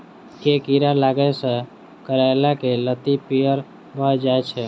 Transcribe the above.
केँ कीड़ा लागै सऽ करैला केँ लत्ती पीयर भऽ जाय छै?